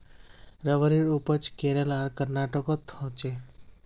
रबरेर उपज केरल आर कर्नाटकोत होछे